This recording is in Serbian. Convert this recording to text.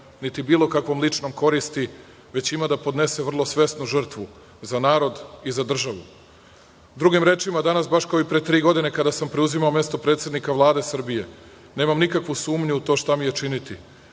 niti bilo kakvom ličnom koristi, već ima da podnese vrlo svesno žrtvu za narod i za državu. Drugim rečima, danas, baš kao i pre tri godine, kada sam preuzimao mesto predsednika Vlade Srbije, nemam nikakvu sumnju u to šta mi je činiti